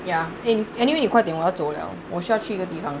ya and anyway 你快点我要走了我需要去一个地方